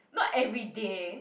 not everyday